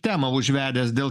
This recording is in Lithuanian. temą užvedęs dėl